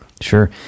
Sure